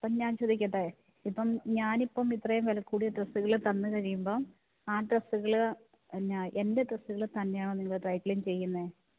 അപ്പം ഞാൻ ചോദിക്കട്ടെ ഇപ്പം ഞാനിപ്പം ഇത്രയും വില കൂടിയ ഡ്രസ്സുകൾ തന്നുകഴിയുമ്പോൾ ആ ഡ്രസ്സുകൾ എന്നാ എൻ്റെ ഡ്രസ്സുകൾ തന്നെയാണോ നിങ്ങൾ ഡ്രൈ ക്ലിൻ ചെയ്യുന്നത്